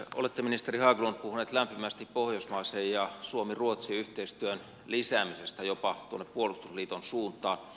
olette ministeri haglund puhunut lämpimästi pohjoismaisen ja suomiruotsi yhteistyön lisäämisestä jopa tuonne puolustusliiton suuntaan